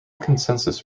consensus